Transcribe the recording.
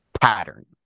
pattern